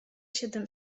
siedem